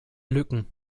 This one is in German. lücken